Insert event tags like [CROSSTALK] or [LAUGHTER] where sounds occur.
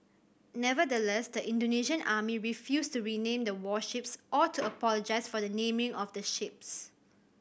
nevertheless the Indonesian are [UNINTELLIGIBLE] refused to rename the warships or to apologise for the naming of ships